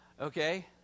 Okay